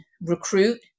recruit